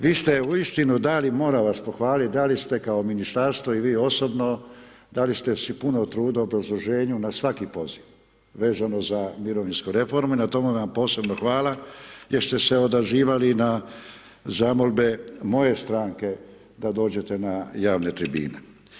Vi ste uistinu dali moram vas pohvalit, dali ste kao ministarstvo i vi osobno, dali ste si puno truda u obrazloženju na svaki poziv, vezano za mirovinsku reformu i na tome vam posebno hvala jer ste se odazivali na zamolbe moje stranke da dođete na javne tribine.